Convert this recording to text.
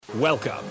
Welcome